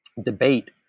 debate